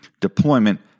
deployment